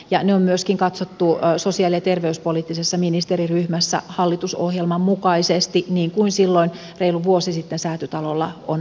ne on myöskin katsottu sosiaali ja terveyspoliittisessa ministeriryhmässä hallitusohjelman mukaisesti niin kuin silloin reilu vuosi sitten säätytalolla on linjattu